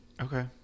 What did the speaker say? Okay